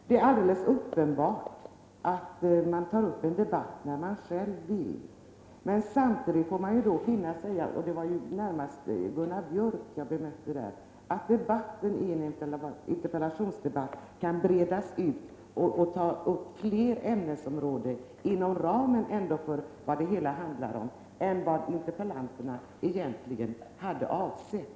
Det är alldeles uppenbart att man tar upp en debatt när man själv vill. Men man får finna sig i — det gäller närmast Gunnar Biörck i Värmdö — att en interpellationsdebatt kan breda ut sig och omfatta fler områden, men ändå inom ramen för det aktuella ämnet, än vad interpellanterna egentligen avsett.